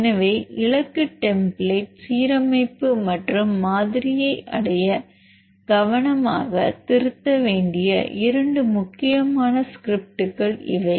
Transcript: எனவே இலக்கு டெம்ப்ளேட் சீரமைப்பு மற்றும் மாதிரியை அடைய கவனமாக திருத்த வேண்டிய இரண்டு முக்கியமான ஸ்கிரிப்ட்கள் இவை